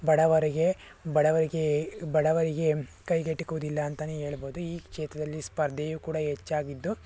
ಬಡವರಿಗೆ ಬಡವರಿಗೆ ಬಡವರಿಗೆ ಕೈಗೆಟುಕೋದಿಲ್ಲ ಅಂತಲೇ ಹೇಳ್ಬೋದು ಈ ಕ್ಷೇತ್ರದಲ್ಲಿ ಸ್ಪರ್ಧೆಯು ಕೂಡ ಹೆಚ್ಚಾಗಿದ್ದು